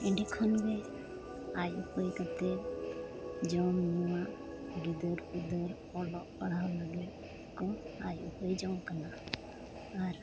ᱮᱸᱰᱮ ᱠᱷᱚᱱᱜᱮ ᱟᱭᱩᱯᱟᱹᱭ ᱠᱟᱛᱮᱫ ᱡᱚᱢᱼᱧᱩᱣᱟᱜ ᱜᱤᱫᱟᱹᱨᱼᱯᱤᱫᱟᱹᱨ ᱚᱞᱚᱜ ᱯᱟᱲᱦᱟᱣ ᱞᱟᱹᱜᱤᱫᱠᱚ ᱟᱭᱼᱩᱯᱟᱹᱭᱡᱚᱝ ᱠᱟᱱᱟ ᱟᱨ